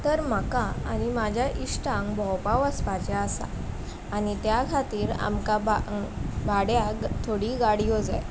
तर म्हाका आनी म्हाज्या इश्टांक भोंवपा वचपाचें आसा आनी त्या खातीर आमकां भाड्याक थोडी गाडयो जाय